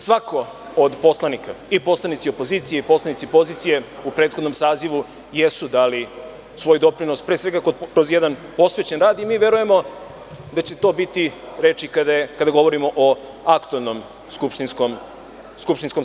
Svako od poslanika, i poslanici opozicije i poslanici pozicije u prethodnom sazivu jesu dali svoj doprinos pre svega kroz jedan posvećen rad i mi verujemo da će to biti i kada govorimo o aktuelnom sazivu Skupštine.